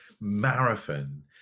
marathon